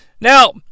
Now